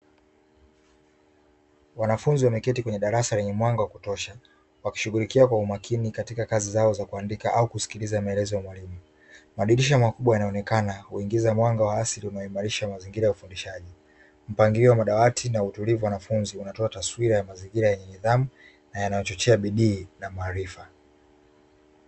Wanafunzi wamekaeti kwenye darasa lenye mwanga wa kutosha wakishughulikia kwa makini katika kazi zao za kuandika au kusikiliza maelezo ya mwalimu, madirisha makubwa yanaonekana huingiza mwanga wa asili unaoimarisha mazingira ya ufundishaji. Mpangilio wa madawati na utulivu wa wanafunzi unatoa taswira ya mazingira yenye nidhamu na unaochochea bidii yenye maarifa.